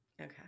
Okay